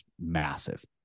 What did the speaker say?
massive